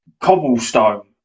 cobblestone